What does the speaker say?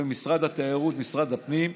במשרד התיירות ובמשרד הפנים,